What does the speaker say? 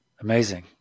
Amazing